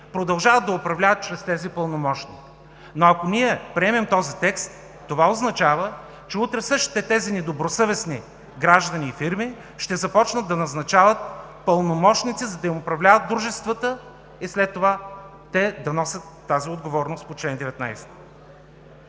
продължават да управляват чрез тези пълномощни. Но ако ние приемем този текст, означава, че утре същите тези недобросъвестни граждани и фирми, ще започнат да назначават пълномощници, за да им управляват дружествата и след това те да носят тази отговорност по чл. 19.